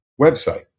website